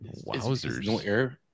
Wowzers